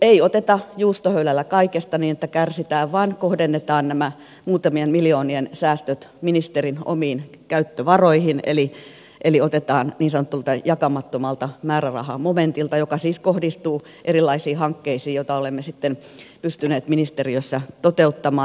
ei oteta juustohöylällä kaikesta niin että kärsitään vaan kohdennetaan nämä muutamien miljoonien säästöt ministeriön omiin käyttövaroihin eli otetaan niin sanotulta jakamattomalta määrärahamomentilta joka siis kohdistuu erilaisiin hankkeisiin joita olemme sitten pystyneet ministeriössä toteuttamaan